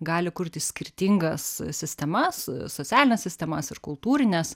gali kurti skirtingas sistemas socialines sistemas ir kultūrines